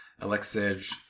Alexej